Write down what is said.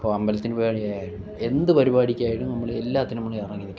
ഇപ്പം അമ്പലത്തിൽ പരിപാടിയായാലും എന്ത് പരിപാടിക്കായാലും നമ്മൾ എല്ലാത്തിനും നമ്മൾ ഇറങ്ങി നിൽക്കും